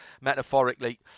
metaphorically